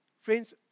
Friends